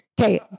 Okay